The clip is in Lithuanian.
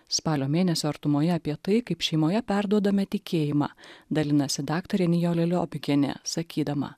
spalio mėnesio artumoje apie tai kaip šeimoje perduodame tikėjimą dalinasi daktarė nijolė liobikienė sakydama